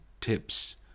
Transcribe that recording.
tips